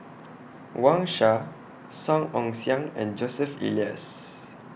Wang Sha Song Ong Siang and Joseph Elias